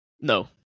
No